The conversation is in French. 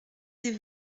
des